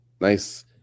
Nice